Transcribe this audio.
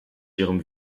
ihrem